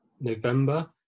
November